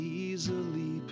easily